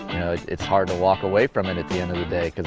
it's hard to walk away from it at the end of the day.